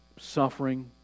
suffering